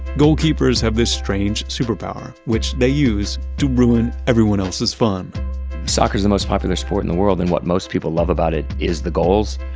goalkeepers have this strange superpower, which they use to ruin everyone else's fun soccer's the most popular sport in the world and what most people love about it is the goals.